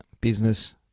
Business